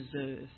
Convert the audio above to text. deserve